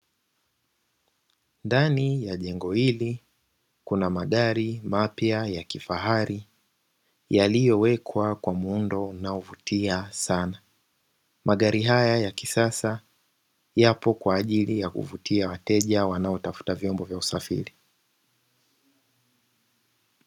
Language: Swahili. Ndani ya jengo hili kuna magari mapya ya kifahari yaliyowekwa kwa muundo unaovutia sana. Magari haya ya kisasa yapo kwa ajili ya kuvutia wateja wanaotafuta vyombo vya usafiri.